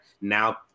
now